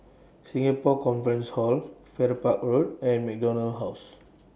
Singapore Conference Hall Farrer Park Road and MacDonald House